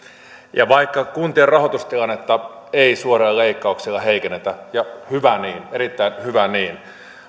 ja vaikka kuntien rahoitustilannetta ei suorilla leikkauksilla heikennetä ja hyvä niin erittäin hyvä niin